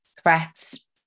threats